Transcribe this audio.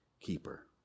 keeper